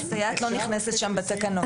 סייעת לא נכנסת בתקנות.